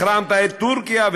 החרמת את טורקיה,